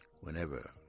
whenever